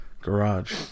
garage